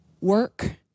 work